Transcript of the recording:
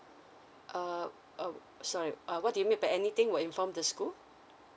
uh sorry uh what do you mean by anything will inform the school